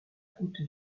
haute